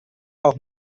auch